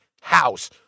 house